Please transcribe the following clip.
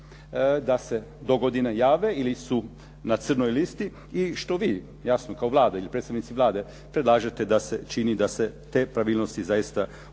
da se dogodine jave ili su na crnoj listi i što vi jasno kao Vlada ili predstavnici Vlade da se čini da se te nepravilnosti zaista pokušaju